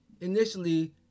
initially